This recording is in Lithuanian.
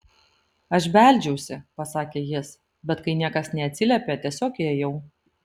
aš beldžiausi pasakė jis bet kai niekas neatsiliepė tiesiog įėjau